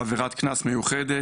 עבירת קנס מיוחדת,